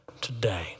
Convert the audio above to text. today